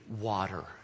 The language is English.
water